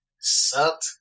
sucked